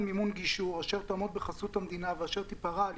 מימון גישור ראשי קרנות בחסות המדינה ואשר תיפרע על